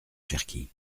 cherki